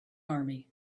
army